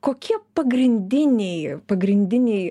kokie pagrindiniai pagrindiniai